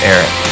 Eric